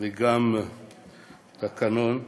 וגם תקנון אחד.